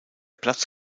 platz